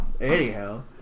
Anyhow